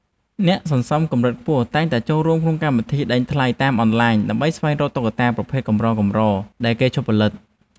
អ្នកសន្សំកម្រិតខ្ពស់តែងតែចូលរួមក្នុងកម្មវិធីដេញថ្លៃតាមអនឡាញ ដើម្បីស្វែងរកតុក្កតាប្រភេទកម្រៗដែលគេឈប់ផលិត។